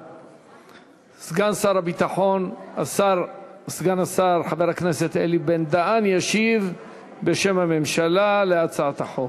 סגן שר הביטחון חבר הכנסת אלי בן-דהן ישיב בשם הממשלה על הצעת החוק.